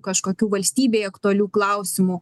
kažkokių valstybei aktualių klausimų